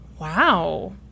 Wow